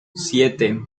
siete